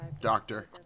Doctor